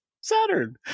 saturn